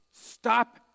Stop